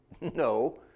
No